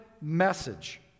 message